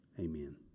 Amen